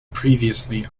previously